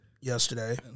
yesterday